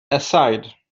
aside